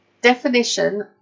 Definition